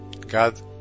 God